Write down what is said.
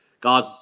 Guys